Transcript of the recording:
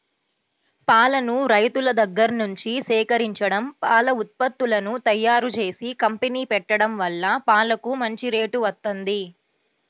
పాలను రైతుల దగ్గర్నుంచి సేకరించడం, పాల ఉత్పత్తులను తయ్యారుజేసే కంపెనీ పెట్టడం వల్ల పాలకు మంచి రేటు వత్తంది